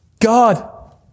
God